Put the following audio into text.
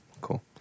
Cool